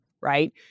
right